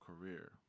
career